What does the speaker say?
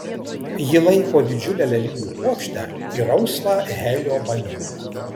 ji laiko didžiulę lelijų puokštę ir rausvą helio balioną